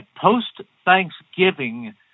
post-Thanksgiving